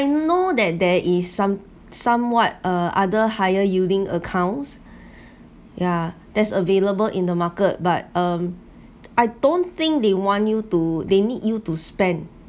don't know that there is some somewhat uh other higher yielding accounts yeah that's available in the market but um I don't think they want you to they need you to spend